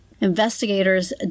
Investigators